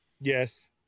Yes